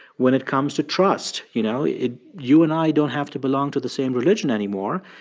when it comes to trust, you know, it you and i don't have to belong to the same religion anymore.